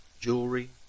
jewelry